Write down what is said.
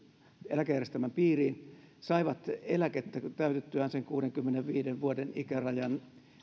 eläkejärjestelmän piiriin saivat eläkettä täytettyään kuudenkymmenenviiden vuoden ikärajan